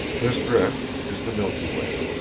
this rift is the milky way.